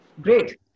Great